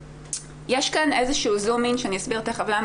יש כאן איזשהו זום-אין שאסביר מיד למה